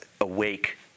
awake